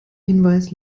hinweis